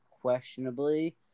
questionably